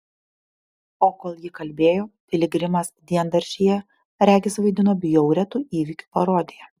o kol ji kalbėjo piligrimas diendaržyje regis vaidino bjaurią tų įvykių parodiją